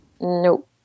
Nope